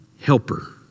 helper